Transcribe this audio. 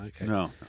No